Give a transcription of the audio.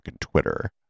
Twitter